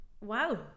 Wow